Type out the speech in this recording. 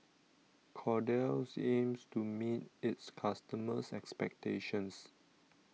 Kordel's aims to meet its customers' expectations